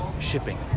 shipping